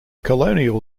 colonial